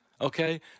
okay